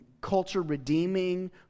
culture-redeeming